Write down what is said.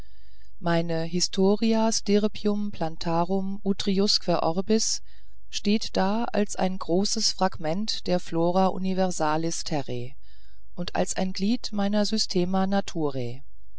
meine historia stirpium plantarum utriusque orbis steht da als ein großes fragment der flora universalis terrae und als ein glied meines